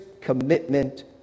commitment